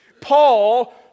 Paul